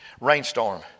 rainstorm